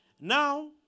Now